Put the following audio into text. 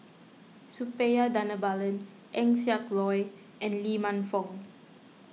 Suppiah Dhanabalan Eng Siak Loy and Lee Man Fong